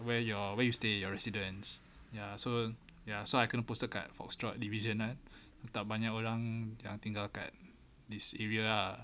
where your where you stay your residence ya so ya so I kena posted kat foxtrot division ah tak banyak orang yang tinggal kat this area ah